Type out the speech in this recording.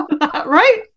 Right